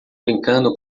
brincando